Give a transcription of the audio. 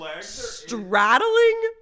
straddling